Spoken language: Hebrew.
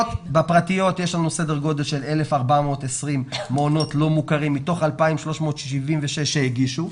בפרטיות יש לנו סדר גודל של 1,420 מעונות לא מוכרים מתוך 2,376 שהגישו.